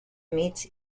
meets